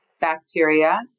bacteria